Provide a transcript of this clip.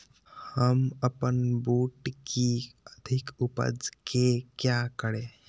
हम अपन बूट की अधिक उपज के क्या करे?